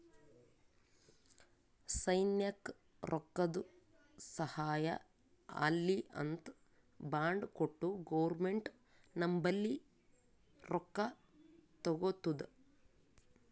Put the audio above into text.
ಸೈನ್ಯಕ್ ರೊಕ್ಕಾದು ಸಹಾಯ ಆಲ್ಲಿ ಅಂತ್ ಬಾಂಡ್ ಕೊಟ್ಟು ಗೌರ್ಮೆಂಟ್ ನಂಬಲ್ಲಿ ರೊಕ್ಕಾ ತಗೊತ್ತುದ